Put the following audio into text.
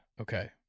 Okay